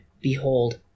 Behold